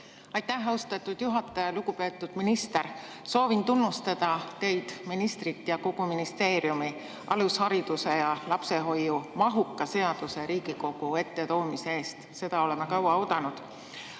Aitäh, austatud juhataja! Lugupeetud minister! Soovin tunnustada teid, ministrit, ja kogu ministeeriumi alushariduse ja lapsehoiu mahuka seaduse Riigikogu ette toomise eest. Seda oleme kaua oodanud.